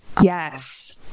Yes